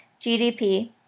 GDP